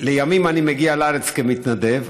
לימים אני מגיע לארץ כמתנדב,